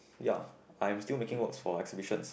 ya I'm still making works for exhibitions